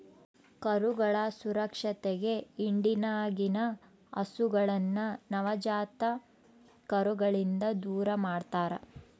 ಕರುಗಳ ಸುರಕ್ಷತೆಗೆ ಹಿಂಡಿನಗಿನ ಹಸುಗಳನ್ನ ನವಜಾತ ಕರುಗಳಿಂದ ದೂರಮಾಡ್ತರಾ